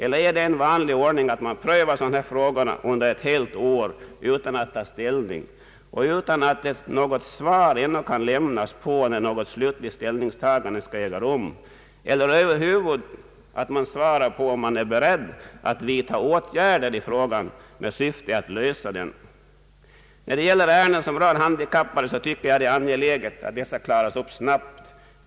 Är det »vanlig ordning» att regeringen prövar sådana här frågor under ett helt år utan att ta ställning och utan att kunna lämna nå got svar på när ett slutligt ställningstagande skall äga rum? Statsrådet svarar över huvud taget inte på om regeringen är beredd att vidta åtgärder i frågan med syfte att lösa den. När det gäller ärenden som rör handikappade tycker jag det är angeläget att problemen klaras upp snabbt.